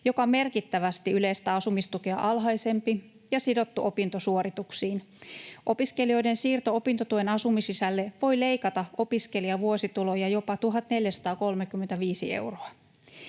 joka on merkittävästi yleistä asumistukea alhaisempi ja sidottu opintosuorituksiin. Opiskelijoiden siirto opintotuen asumislisälle voi leikata opiskelijan vuosituloja jopa 1 435 euroa.